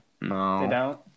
No